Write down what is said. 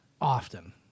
often